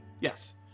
yes